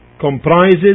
comprises